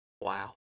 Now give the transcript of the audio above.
wow